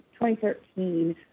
2013